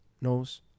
knows